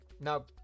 Now